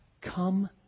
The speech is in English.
come